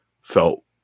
felt